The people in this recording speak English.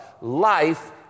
Life